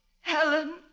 Helen